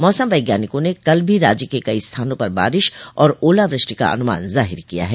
मौसम वैज्ञानिकों ने कल भी राज्य के कई स्थानों पर बारिश और ओलावृष्टि का अनुमान जाहिर किया है